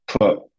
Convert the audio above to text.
put